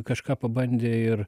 kažką pabandė ir